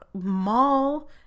mall